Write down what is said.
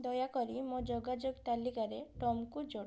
ଦୟାକରି ମୋ ଯୋଗାଯୋଗ ତାଲିକାରେ ଟମ୍କୁ ଯୋଡ଼